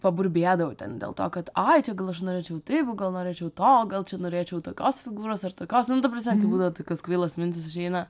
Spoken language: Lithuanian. paburbėdavau ten dėl to kad ai čia gal aš norėčiau taip gal norėčiau to gal čia norėčiau tokios figūros ar tokios nu ta prasme kai būdavo tokios kvailos mintys užeina